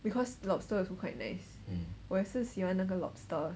because lobster also quite nice 我也是喜欢那个 lobster